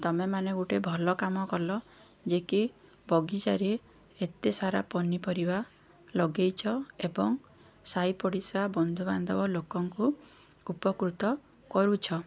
ତୁମେମାନେ ଗୋଟେ ଭଲ କାମ କଲ ଯେ କି ବଗିଚାରେ ଏତେ ସାରା ପନିପରିବା ଲଗେଇଛ ଏବଂ ସାଇପଡ଼ିଶା ବନ୍ଧୁବାନ୍ଧବ ଲୋକଙ୍କୁ ଉପକୃତ କରୁଛ